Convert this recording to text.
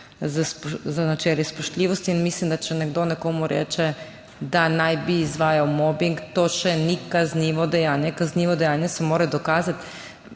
z načeli spoštljivosti in mislim, da če nekdo nekomu reče, da naj bi izvajal mobing, to še ni kaznivo dejanje, kaznivo dejanje se mora dokazati.